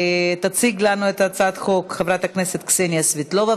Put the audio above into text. תציג לנו את הצעת החוק חברת הכנסת קסניה סבטלובה,